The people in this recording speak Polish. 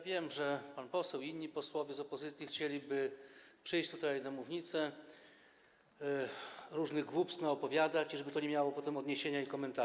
Wiem, że pan poseł i inni posłowie z opozycji chcieliby przyjść tutaj na mównicę, różnych głupstw naopowiadać i żeby to nie miało potem odniesienia ani komentarza.